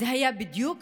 הייתה בדיוק